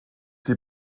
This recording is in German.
sie